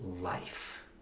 life